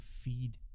feed